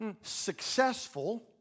successful